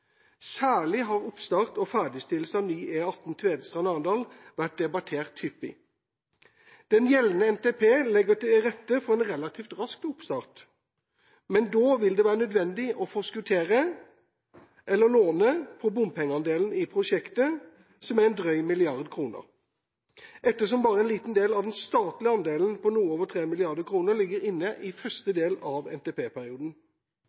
oppstart og ferdigstillelse av ny E18 Tvedestrand–Arendal har vært debattert hyppig. Den gjeldende NTP legger til rette for en relativt rask oppstart, men da vil det være nødvendig å forskuttere eller låne på bompengeandelen i prosjektet, som er på en drøy milliard kroner, ettersom bare en liten del av den statlige andelen på noe over 3 mrd. kr ligger inne i